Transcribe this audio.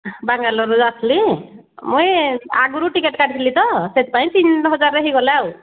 ବାଙ୍ଗାଲୋରରୁ ଆସଥିଲି ମୁଇଁ ଆଗରୁ ଟିକେଟ କାଟିଥିଲି ତ ସେଥିପାଇଁ ତିନି ହଜାରରେ ହେଇଗଲା ଆଉ